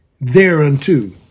thereunto